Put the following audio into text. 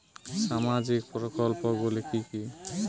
সামাজিক প্রকল্পগুলি কি কি?